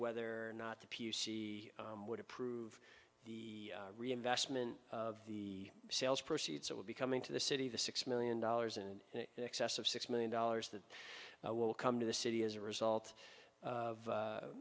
whether or not the p c would approve the reinvestment of the sales proceeds that will be coming to the city the six million dollars in excess of six million dollars that will come to the city as a result of